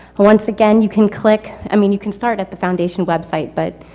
once again you can click, i mean, you can start at the foundation website, but,